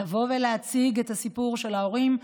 לבוא ולהציג את הסיפור של ההורים שלנו,